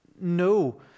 No